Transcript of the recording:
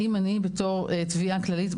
אני בתור תביעה כללית,